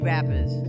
Rappers